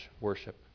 worship